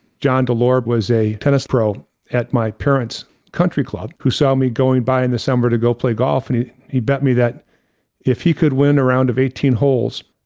john dillard was a tennis pro at my parents country club, who saw me going by in the summer to go play golf and he bet me that if he could win around eighteen holes,